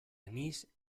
anís